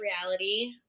reality